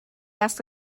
ask